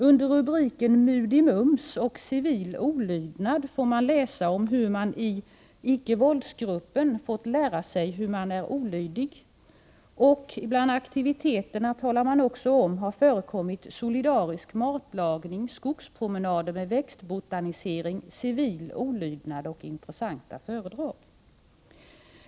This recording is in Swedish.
Under rubriken ”MUDI-MUMS” och Civil olydnad får man läsa om hur man i ickevåldsgruppen fått lära sig hur man är olydig. Man talar också om att bland aktiviteterna har förekommit solidarisk matlagning, skogspromenader med växtbotanisering, civil olydnad och intressanta föredrag.